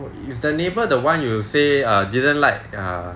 is the neighbour the one you will say err didn't like err